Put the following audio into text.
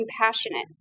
compassionate